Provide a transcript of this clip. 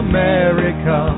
America